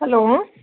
hello